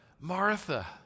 Martha